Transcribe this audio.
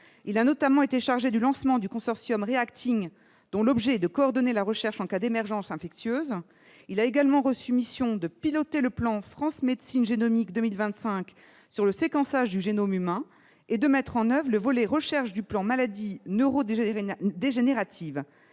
il a notamment été chargé du lancement du consortium réactive dont l'objet est de coordonner la recherche en cas d'émergence infectieuse, il a également reçu mission de piloter le plan France médecine génomique 2025 sur le séquençage du génome humain et de mettre en oeuvre le volet recherche du plan maladies neuro-déjà dégénérative,